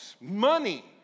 money